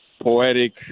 poetic